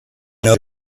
know